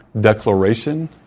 declaration